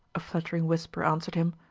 a fluttering whisper answered him